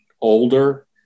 older